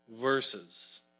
verses